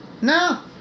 no